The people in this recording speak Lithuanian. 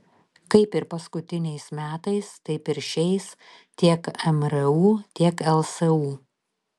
kaip ir paskutiniais metais taip ir šiais tiek mru tiek lsu